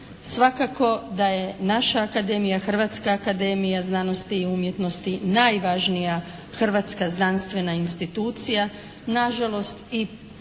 Svakako da je naša akademija, Hrvatska akademija znanosti i umjetnosti najvažnija hrvatska znanstvena institucija na žalost i pored